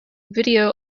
video